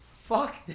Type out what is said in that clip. fuck